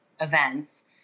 events